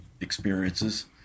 experiences